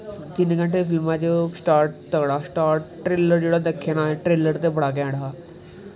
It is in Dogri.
तिन्न घैंटे दी फिल्मैं दा स्टार्ट तगड़ा स्टार्ट च ट्रेलर दिक्खेआ ट्रेलर ते तगड़ा हा